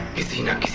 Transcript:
is beating ah